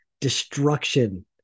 destruction